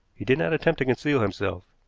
he did not attempt to conceal himself.